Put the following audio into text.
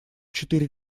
четыре